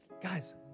Guys